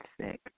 sick